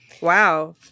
Wow